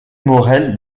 maurel